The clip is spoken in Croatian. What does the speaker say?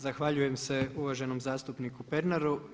Zahvaljujem se uvaženom zastupniku Pernaru.